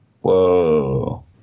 Whoa